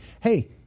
hey